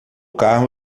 carro